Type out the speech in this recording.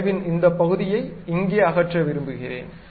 வளைவின் இந்த பகுதியை இங்கே அகற்ற விரும்புகிறேன்